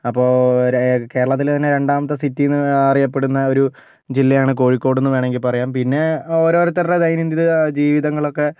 അപ്പോൾ കേരളത്തിലെ തന്നെ രണ്ടാമത്തെ സിറ്റിയെന്ന് അറിയപ്പെടുന്ന ഒരു ജില്ലയാണ് കോഴിക്കോട് എന്ന് വേണമെങ്കിൽ പറയാം പിന്നെ ഓരോരുത്തരുടെ ദൈനംദിന ജീവിതങ്ങളൊക്കെ